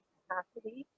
capacity